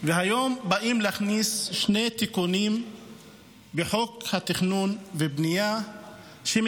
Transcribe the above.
להכניס בחוק התכנון והבנייה שני תיקונים